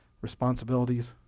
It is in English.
Responsibilities